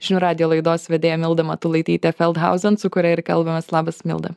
žinių radijo laidos vedėja milda matulaitytė feldhauzen su kuria ir kalbamės labas milda